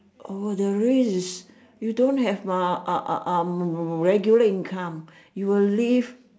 oh the risk you don't have a a a a regular income you'll live